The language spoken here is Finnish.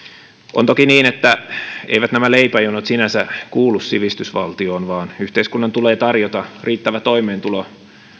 on toki niin että eivät nämä leipäjonot sinänsä kuulu sivistysvaltioon vaan yhteiskunnan tulee tarjota riittävä toimeentulo